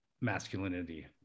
masculinity